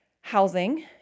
housing